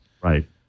Right